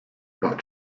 but